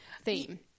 theme